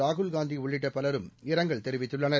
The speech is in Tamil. ராகுல்காந்தி உள்ளிட்ட பலரும் இரங்கல் தெரிவித்துள்ளனர்